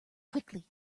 quickly